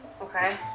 Okay